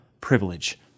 privilege